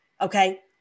okay